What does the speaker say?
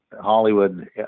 Hollywood